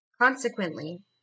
consequently